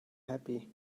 happy